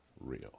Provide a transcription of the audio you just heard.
real